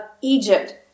Egypt